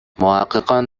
محققان